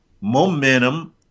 momentum